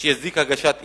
שיצדיק הגשת אי-אמון?